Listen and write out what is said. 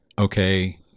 Okay